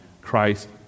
Christ